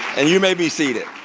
and you may be seated.